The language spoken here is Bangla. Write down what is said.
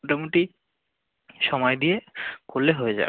মোটামুটি সময় দিয়ে করলে হয়ে যাবে